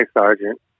sergeant